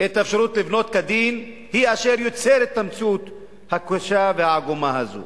את האפשרות לבנות כדין היא אשר יוצרת את המציאות הקשה והעגומה הזאת.